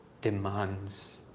demands